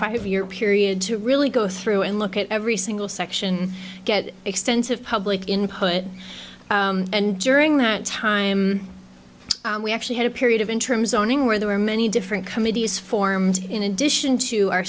five year period to really go through and look at every single section get extensive public input and during that time we actually had a period of in terms owning where there were many different committees formed in addition to our